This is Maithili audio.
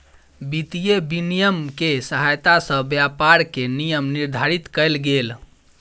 वित्तीय विनियम के सहायता सॅ व्यापार के नियम निर्धारित कयल गेल